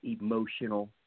emotional